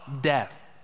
death